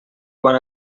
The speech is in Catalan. quan